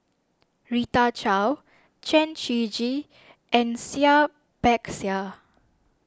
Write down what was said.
Rita Chao Chen Shiji and Seah Peck Seah